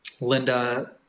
Linda